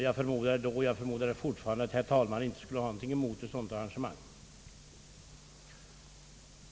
Jag förmodade då och jag förmodar fortfarande att herr talmannen inte skulle ha någonting emot ett sådant arrangemang.